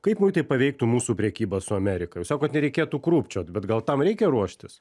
kaip muitai paveiktų mūsų prekybą su amerika jūs sakot kad nereikėtų krūpčiot bet gal tam reikia ruoštis